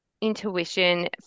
intuition